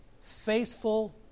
faithful